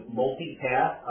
multi-path